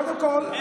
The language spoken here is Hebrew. קודם כול,